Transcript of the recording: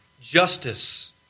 justice